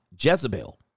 Jezebel